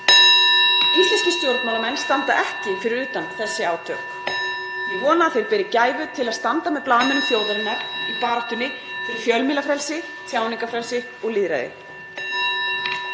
Íslenskir stjórnmálamenn standa ekki fyrir utan þessi átök. Ég vona að þeir beri gæfu til að standa með blaðamönnum þjóðarinnar í baráttunni fyrir fjölmiðlafrelsi, tjáningarfrelsi og lýðræði.“